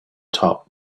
top